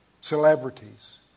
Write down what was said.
Celebrities